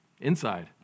inside